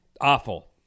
Awful